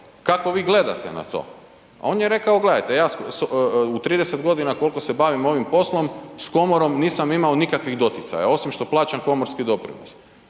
kako vi gledate na to a on je rekao gledajte, ja u 30 g. koliko se bavim ovim poslom, s komorom nisam imao nikakvih doticaja osim što plaćam komorski doprinos.